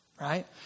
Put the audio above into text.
Right